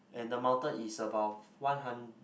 and the mountain is about one hun~